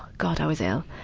god, i was ill.